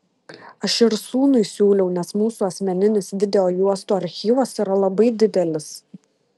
aš ir sūnui siūliau nes mūsų asmeninis video juostų archyvas yra labai didelis